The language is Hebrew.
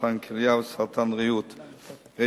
סרטן כליה וסרטן ריאות.